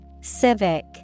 Civic